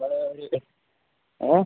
സാറേ ഒരിത് ഏഹ്